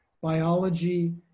biology